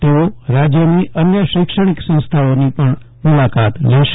તેઓ રાજયની અન્ય શૈક્ષણિક સંસ્થાઓની પણ મુલાકાત લેશે